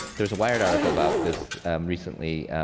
there's a wired article about this recently,